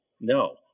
No